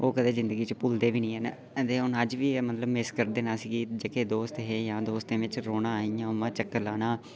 जिंदगी च भुलदे बी ऐ न ते हून अज्ज बी मतलब मिस करदे न अस बी जेह्के दोस्त हे दोस्तें बिच्च रौह्ना इ'यां चक्कर लाना